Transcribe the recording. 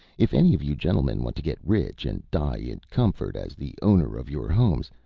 if any of you gentlemen want to get rich and die in comfort as the owner of your homes,